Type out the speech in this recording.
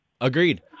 Agreed